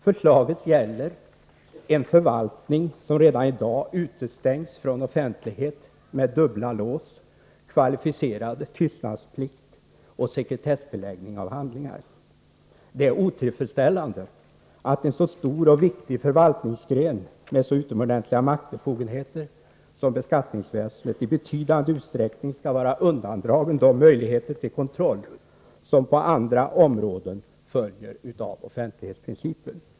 Förslaget gäller en förvaltning som redan i dag utestängs från offentlighet med dubbla lås — kvalificerad tystnadsplikt och sekretessbeläggning av handlingar. Det är otillfredsställande att en så stor och viktig förvaltningsgren med så utomordentliga maktbefogenheter som beskattningsväsendet i betydande utsträckning skall vara undandragen de möjligheter till kontroll som på andra områden följer av offentlighetsprincipen.